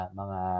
mga